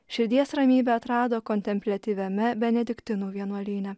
širdies ramybę atrado kontempliatyviame benediktinų vienuolyne